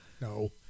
No